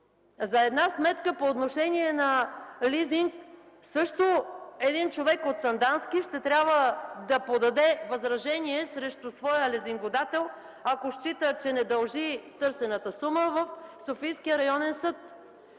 За една сметка по отношение на лизинг човек от Сандански ще трябва да подаде възражение срещу своя лизингодател, ако счита, че не дължи търсената сума, също в Софийския районен съд.